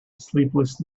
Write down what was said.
sleepless